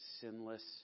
sinless